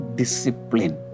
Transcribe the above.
discipline